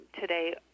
today